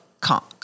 conk